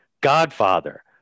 Godfather